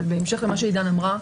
אבל בהמשך למה שעידן אמרה,